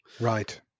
right